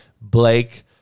Blake